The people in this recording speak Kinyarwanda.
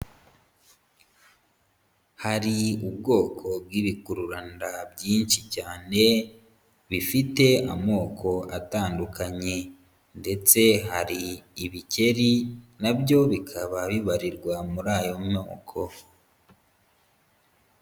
Hari ubwoko bw'ibikururanda byinshi cyane, bifite amoko atandukanye ndetse hari ibikeri nabyo bikaba bibarirwa muri ayo moko.